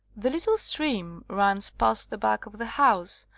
the little stream runs past the back of the house,